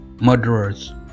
murderers